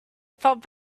thought